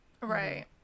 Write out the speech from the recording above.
Right